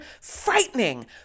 Frightening